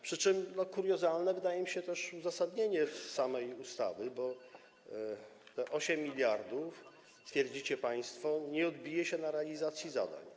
Przy czym kuriozalne wydaje mi się też uzasadnienie samej ustawy, bo te 8 mld, stwierdzicie państwo, nie odbije się na realizacji zadań.